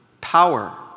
power